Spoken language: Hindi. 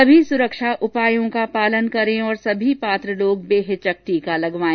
सभी सुरक्षा उपायों का पालन करें और सभी पात्र लोग बेहिचक टीका लगवाएं